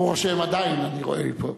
ברוך השם עדיין אני רואה מפה.